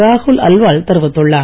ராகுல் அல்வால் தெரிவித்துள்ளார்